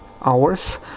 hours